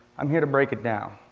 i'm here to break it down.